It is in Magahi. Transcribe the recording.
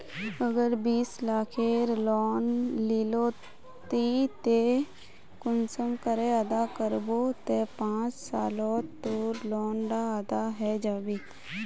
अगर बीस लाखेर लोन लिलो ते ती कुंसम करे अदा करबो ते पाँच सालोत तोर लोन डा अदा है जाबे?